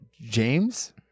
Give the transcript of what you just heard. James